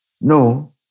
No